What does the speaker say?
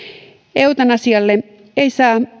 eutanasialle ei